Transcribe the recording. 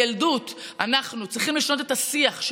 מילדות אנחנו צריכים לשנות את השיח.